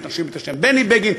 מכבדים את השם בני בגין,